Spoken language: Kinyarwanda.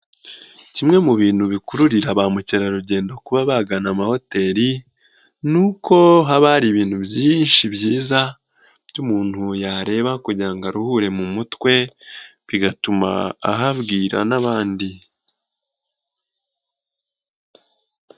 Kimwe mu bintu bikururira ba mukerarugendo kuba bagana amahoteli ni uko haba hari ibintu byinshi byiza byo umuntu yareba kugira ngo aruhure mu mutwe bigatuma ahabwira n'abandi.